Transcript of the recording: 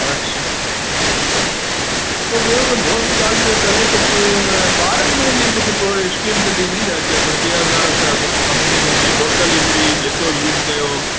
अच्छा हो ॿियो को दोस्त ॻाल्हि पियो करे कुझु ॿारहंनि महिननि जी कुझु प्रो स्कीम कॾहिं ताईं छा ॿटीह हज़ार छा कुझु समथिंग में टोटल हिकिड़ी जेतिरो यूज़ कयो